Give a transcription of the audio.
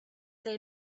are